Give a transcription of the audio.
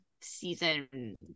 season